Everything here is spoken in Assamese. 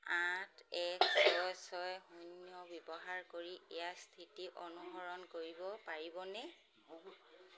আঠ এক ছয় ছয় ব্যৱহাৰ কৰি ইয়াৰ স্থিতি অনুসৰণ কৰিব পাৰিবনে